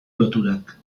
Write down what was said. loturak